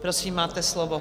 Prosím, máte slovo.